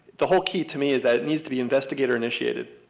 the whole key to me is that it needs to be investigator-initiated.